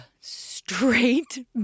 straight